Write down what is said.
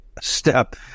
step